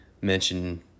mention